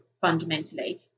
fundamentally